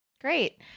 Great